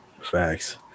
Facts